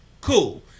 cool